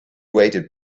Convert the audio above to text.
waited